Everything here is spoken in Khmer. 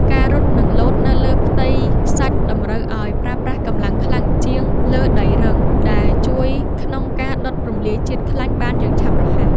ការរត់ និងលោតនៅលើផ្ទៃខ្សាច់តម្រូវឱ្យប្រើប្រាស់កម្លាំងខ្លាំងជាងលើដីរឹង ដែលជួយក្នុងការដុតរំលាយជាតិខ្លាញ់បានយ៉ាងឆាប់រហ័ស។